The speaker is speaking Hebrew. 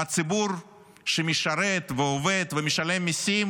והציבור שמשרת, ועובד ומשלם מיסים,